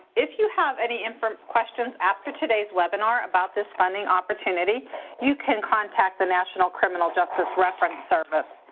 if you have any inform questions after today's webinar about this funding opportunity you can contact the national criminal justice reference service.